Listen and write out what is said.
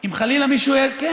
אם חלילה מישהו העז, מה?